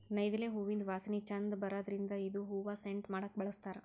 ನೈದಿಲೆ ಹೂವಿಂದ್ ವಾಸನಿ ಛಂದ್ ಬರದ್ರಿನ್ದ್ ಇದು ಹೂವಾ ಸೆಂಟ್ ಮಾಡಕ್ಕ್ ಬಳಸ್ತಾರ್